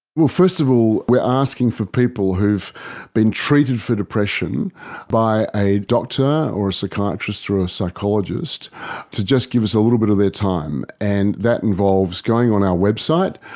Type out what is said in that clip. well, first of all we are asking for people who have been treated for depression by a doctor or a psychiatrist or a psychologist to just give us a little bit of their time, and that involves going on our website,